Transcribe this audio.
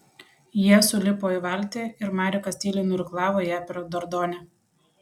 jie sulipo į valtį ir marekas tyliai nuirklavo ją per dordonę